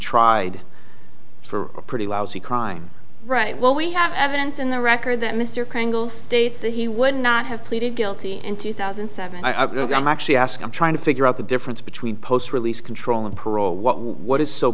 tried for a pretty lousy crime right well we have evidence in the record that mr kringle states that he would not have pleaded guilty in two thousand and seven i actually ask i'm trying to figure out the difference between post release control and parole what what is so